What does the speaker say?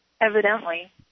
Evidently